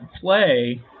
play